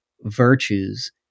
virtues